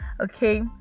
Okay